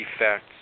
effects